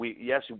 yes